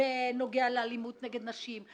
בנוגע לאלימות נגד נשים,